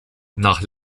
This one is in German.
nach